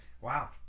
Wow